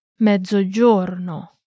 Mezzogiorno